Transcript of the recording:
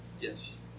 Yes